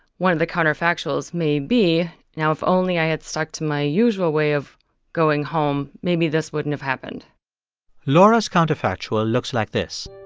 one of the counterfactuals may be, now, if only i had stuck to my usual way of going home, maybe this wouldn't have happened laura's counterfactual looks like this.